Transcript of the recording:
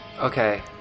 okay